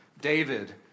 David